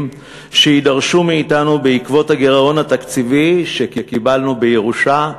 שיידרשו מאתנו בעקבות הגירעון התקציבי שקיבלנו בירושה,